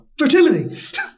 fertility